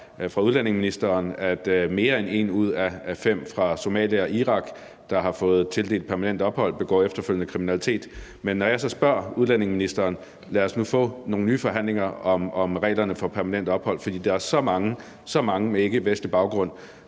fra udlændingeministeren om, at mere end en ud af fem fra Somalia og Irak, der har fået tildelt permanent ophold, efterfølgende begår kriminalitet. Men når jeg så spørger udlændingeministeren, om vi nu kan få nogle nye forhandlinger om reglerne for permanent ophold, fordi der er så mange med ikkevestlig baggrund,